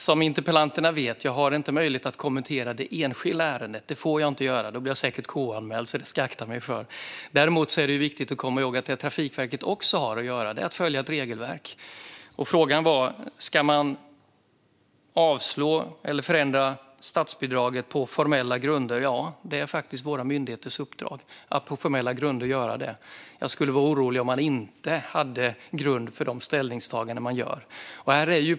Som interpellanten vet har jag inte möjlighet att kommentera det enskilda ärendet. Det får jag inte göra. Då blir jag säkert KU-anmäld, så det ska jag akta mig för. Det är dock viktigt att komma ihåg att det Trafikverket också har att göra är att följa ett regelverk. Frågan var om man ska avslå eller förändra statsbidraget på formella grunder. Ja, det är faktiskt våra myndigheters uppdrag att på formella grunder göra det. Jag skulle vara orolig om man inte hade grund för de ställningstaganden man gör.